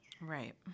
right